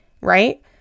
right